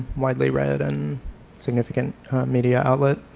widely read and significant media outlet.